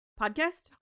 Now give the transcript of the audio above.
podcast